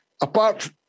Apart